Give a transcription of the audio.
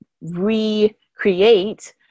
recreate